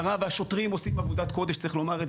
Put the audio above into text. השוטרים עושים עבודת קודש צריך לומר את